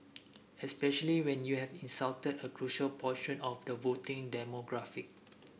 especially when you have insulted a crucial portion of the voting demographic